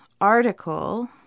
article